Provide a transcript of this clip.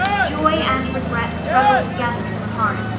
joy and regret struggled together in her heart.